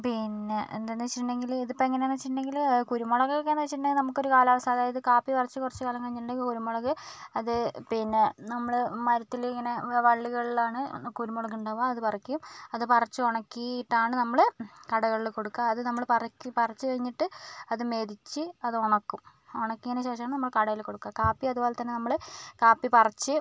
പിന്നെ എന്താന്ന് വെച്ചിട്ടുണ്ടെങ്കില് ഇതിപ്പോൾ എങ്ങനെയാന്ന് വെച്ചിട്ടുണ്ടെങ്കില് കുരുമുളക് ഒക്കെ വെച്ചിട്ടുണ്ടെങ്കില് നമുക്കൊരു കാലാവാസ്ഥ അതായത് കാപ്പി കുറച്ച് കുറച്ച് കാലം കഴിഞ്ഞിട്ടിണ്ടെങ്കില് കുരുമുളക് അത് പിന്നെ നമ്മള് മരത്തിൽ ഇങ്ങനെ വള്ളികളിലാണ് കുരുമുളക് ഉണ്ടാവുക അത് പറിക്കും അത് പറിച്ച് ഉണക്കിയിട്ടാണ് നമ്മള് കടകളില് കൊടുക്കുക അത് നമ്മള് പറിക്ക് പറിച്ച് കഴിഞ്ഞിട്ട് ആത് മെതിച്ച് അത് ഉണക്കും ഉണക്കിയതിന് ശേഷമാണു നമ്മള് കടയില് കൊടുക്കുക കാപ്പി അത്പോലെ തന്നെ നമ്മള് കാപ്പി പറിച്ച്